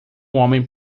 homem